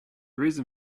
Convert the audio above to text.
reason